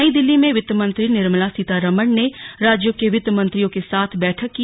नई दिल्ली में वित्तमंत्री निर्मला सीतारमण ने राज्यों के वित्तमंत्रियों के साथ बैठक की